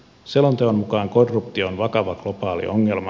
selonteon mukaan korruptio on vakava globaali ongelma